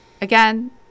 Again